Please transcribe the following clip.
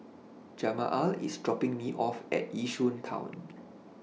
Jamaal IS dropping Me off At Yishun Town